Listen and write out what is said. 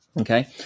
Okay